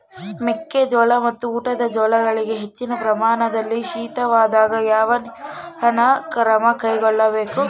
ಮೆಕ್ಕೆ ಜೋಳ ಮತ್ತು ಊಟದ ಜೋಳಗಳಿಗೆ ಹೆಚ್ಚಿನ ಪ್ರಮಾಣದಲ್ಲಿ ಶೀತವಾದಾಗ, ಯಾವ ನಿರ್ವಹಣಾ ಕ್ರಮ ಕೈಗೊಳ್ಳಬೇಕು?